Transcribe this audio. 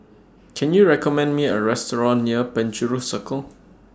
Can YOU recommend Me A Restaurant near Penjuru Circle